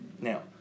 now